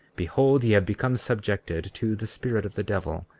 behold, ye have become subjected to the spirit of the devil,